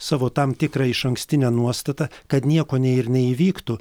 savo tam tikrą išankstinę nuostatą kad nieko ne ir neįvyktų